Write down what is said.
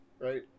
right